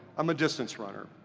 i'm a distance runner.